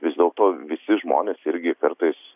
vis dėlto visi žmonės irgi kartais